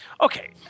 okay